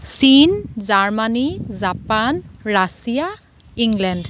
চীন Germany Japan Russia England